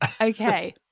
Okay